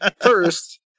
first